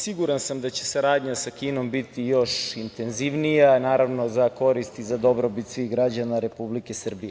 Siguran sam da će saradnja sa Kinom biti još intenzivnija, naravno za korist i za dobrobit svih građana Republike Srbije.